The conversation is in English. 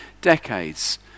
decades